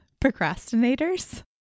procrastinators